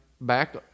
back